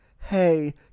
hey